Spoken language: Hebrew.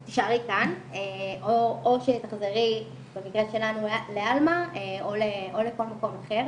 או שתחזרי במקרה שלנו לעלמה או לכל מקום אחר,